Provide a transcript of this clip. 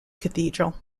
cathedral